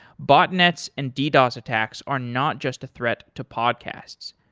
botnets and ddos attacks are not just a threat to podcasts.